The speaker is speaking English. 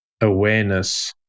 awareness